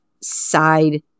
side